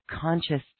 conscious